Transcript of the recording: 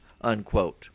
unquote